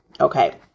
Okay